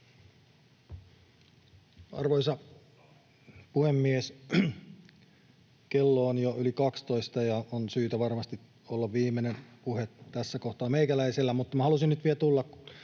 Arvoisa puhemies! Kello on jo yli 12, ja on syytä varmasti olla viimeinen puhe tässä kohtaa meikäläisellä,